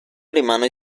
rimane